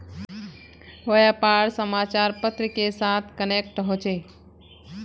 व्यापार समाचार पत्र के साथ कनेक्ट होचे?